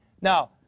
Now